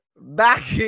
back